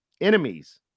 enemies